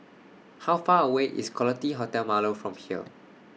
How Far away IS Quality Hotel Marlow from here